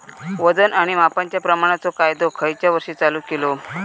वजन आणि मापांच्या प्रमाणाचो कायदो खयच्या वर्षी चालू केलो?